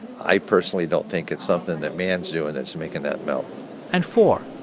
i personally don't think it's something that man's doing that's making that melt and four,